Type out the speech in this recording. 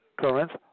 currents